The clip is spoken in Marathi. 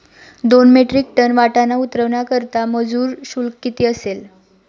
दोन मेट्रिक टन वाटाणा उतरवण्याकरता मजूर शुल्क किती असेल?